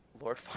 Lord